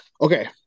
okay